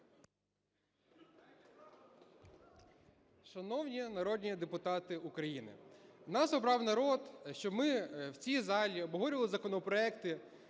Шановні народні депутати України! Нас обрав народ, щоб ми в цій залі обговорювали законопроекти,